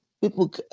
people